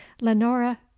lenora